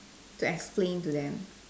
to explain to them